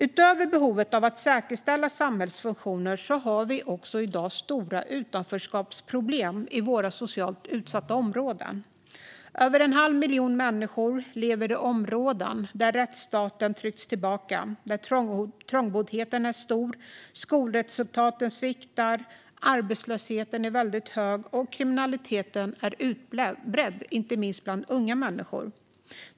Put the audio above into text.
Utöver behovet av att säkerställa samhällsfunktioner har vi i dag stora utanförskapsproblem i våra socialt utsatta områden. Över en halv miljon människor lever i områden där rättsstaten tryckts tillbaka, trångboddheten är stor, skolresultaten sviktar, arbetslösheten är väldigt hög och kriminaliteten är utbredd, inte minst bland unga människor.